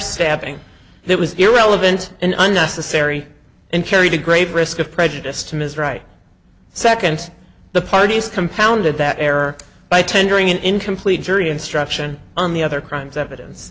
stabbing that was irrelevant and unnecessary and carried a great risk of prejudice to ms right seconds the parties compounded that error by tendering an incomplete jury instruction on the other crimes evidence